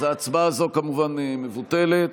ההצבעה הזאת, כמובן, מובטלת.